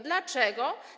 Dlaczego?